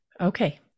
Okay